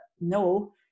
no